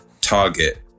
target